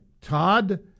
Todd